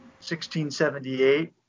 1678